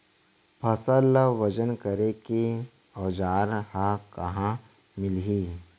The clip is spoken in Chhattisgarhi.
फसल ला वजन करे के औज़ार हा कहाँ मिलही?